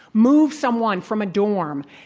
move someone from a dorm,